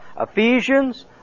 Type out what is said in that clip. Ephesians